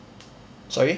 sorry